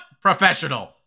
Professional